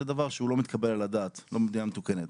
זה דבר שהוא לא מתקבל על הדעת, לא במדינה מתוקנת.